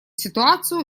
ситуацию